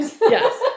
Yes